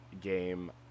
game